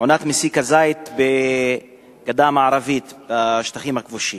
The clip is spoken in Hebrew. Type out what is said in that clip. עונת מסיק הזית בגדה המערבית, בשטחים הכבושים.